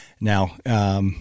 Now